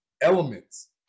elements